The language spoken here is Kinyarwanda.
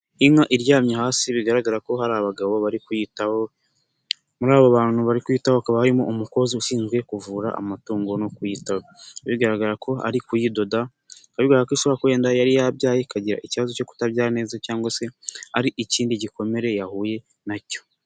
Inka iryamye hasi bigaragara ko hari abagabo bari kwiyitaho, muri abo bantu bari kwitaho hakaba harimo umukozi ushinzwe kuvura amatungo no kuyitaho. Bigaragara ko ari kuyidoda, bikaba bigaragara ko ishobora kuba wenda yari yabyaye ikagira ikibazo cyo kutabya neza cyangwa se ari ikindi gikomere yahuye na cyo.